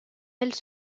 elles